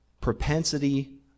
propensity